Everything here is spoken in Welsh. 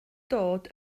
dod